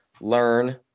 learn